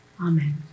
Amen